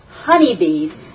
honeybees